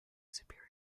superior